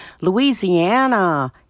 Louisiana